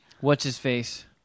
What's-his-face